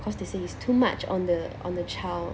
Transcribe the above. cause they say is too much on the on the child